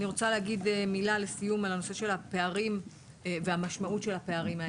אני רוצה להגיד מילה לסיום בנושא של הפערים והמשמעות שלהם: